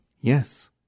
Yes